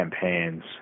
campaigns